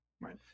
Right